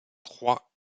trois